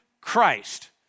Christ